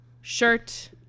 shirt